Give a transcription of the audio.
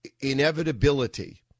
inevitability